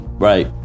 Right